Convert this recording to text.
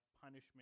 punishment